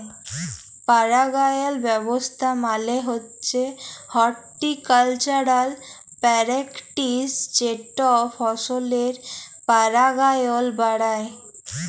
পারাগায়ল ব্যাবস্থা মালে হছে হরটিকালচারাল প্যারেকটিস যেট ফসলের পারাগায়ল বাড়ায়